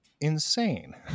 insane